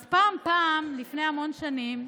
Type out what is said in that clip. אז פעם פעם, לפני המון שנים,